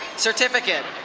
certificate.